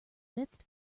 midst